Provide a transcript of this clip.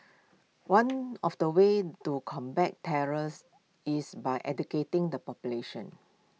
one of the ways to combat terrors is by educating the population